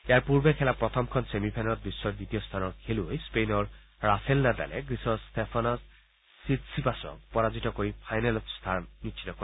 ইয়াৰ পূৰ্বে খেলা প্ৰথমখন ছেমি ফাইনেলত বিশ্বৰ দ্বিতীয় স্থানৰ খেলুৱৈ স্পেইনৰ ৰাফেল নাডালে গ্ৰীচৰ ষ্টেফানছ চিটচিপাছক পৰাজিত কৰি ফাইনেলত স্থান নিশ্চিত কৰে